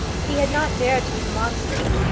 he had not dared to remonstrate,